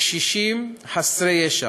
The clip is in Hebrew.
בקשישים חסרי ישע.